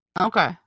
Okay